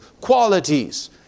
qualities